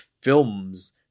films